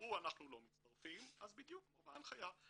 יאמרו "אנחנו לא מצטרפים", אז בדיוק כמו בהנחיה.